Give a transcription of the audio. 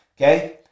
okay